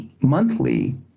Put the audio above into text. monthly